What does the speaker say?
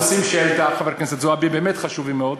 הנושאים שהעלתה חברת הכנסת זועבי באמת חשובים מאוד,